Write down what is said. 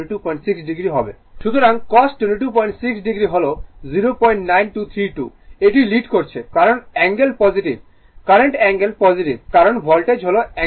সুতরাং cos 226o হল 09232 এটি লিড করছে কারণ angle positive current angle positive কারণ ভোল্টেজ হল অ্যাঙ্গেল 0